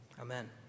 Amen